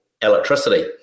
electricity